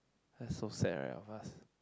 that's so sad right of us